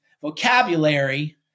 vocabulary